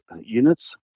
units